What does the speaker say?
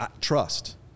Trust